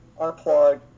unplug